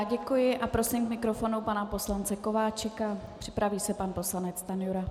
Děkuji a prosím k mikrofonu pana poslance Kováčika, připraví se pan poslanec Stanjura.